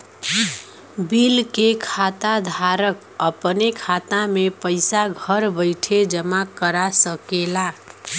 bill के खाता धारक अपने खाता मे पइसा घर बइठे जमा करा सकेला